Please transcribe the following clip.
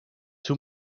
too